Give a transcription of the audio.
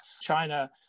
China